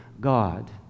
God